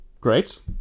Great